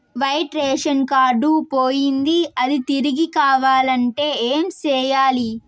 white ration card పోయింది అది తిరిగి కావాలంటే ఏం సేయాలి